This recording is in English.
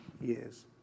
years